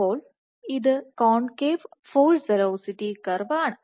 അപ്പോൾ ഇത് concave force velocity curve ആണ്